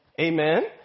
Amen